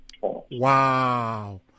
Wow